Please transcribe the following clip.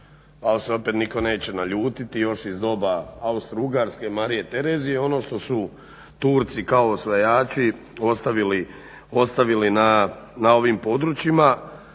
al se opet nitko neće naljutiti još iz doba Austro-Ugarske Marije Terezije ono što su turci kao osvajači ostavili na ovim područjima